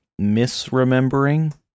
misremembering